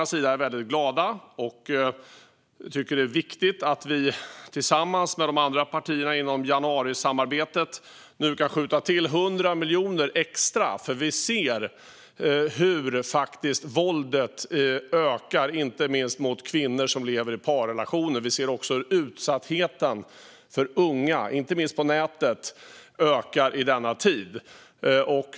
Liberalerna är väldigt glada över att vi tillsammans med de andra partierna i januarisamarbetet kan skjuta till 100 miljoner extra. Det är viktigt. Vi ser också hur utsattheten för unga ökar i denna tid, inte minst på nätet.